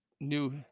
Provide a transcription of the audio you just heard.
new